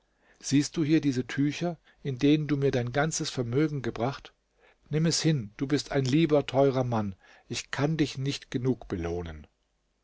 siehst du hier diese tücher in denen du mir dein ganzes vermögen gebracht nimm es hin du bist ein lieber teurer mann ich kann dich nicht genug belohnen